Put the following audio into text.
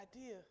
idea